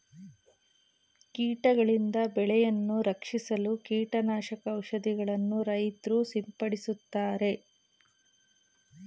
ಕೀಟಗಳಿಂದ ಬೆಳೆಯನ್ನು ರಕ್ಷಿಸಲು ಕೀಟನಾಶಕ ಔಷಧಿಗಳನ್ನು ರೈತ್ರು ಸಿಂಪಡಿಸುತ್ತಾರೆ